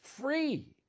free